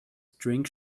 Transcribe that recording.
drink